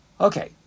Okay